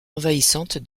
envahissante